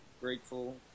grateful